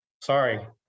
sorry